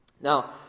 Now